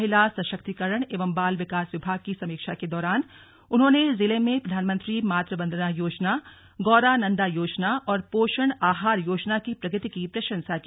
महिला सशक्तिकरण एवं बाल विकास विभाग की समीक्षा के दौरान उन्होंने जिले में प्रधानमंत्री मातृ वन्दना योजना गौरा नन्दा योजना और पोषण आहार योजना की प्रगति की प्रशंसा की